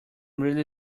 really